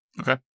Okay